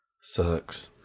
Sucks